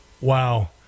Wow